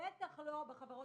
בטח לא בחברות